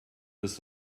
this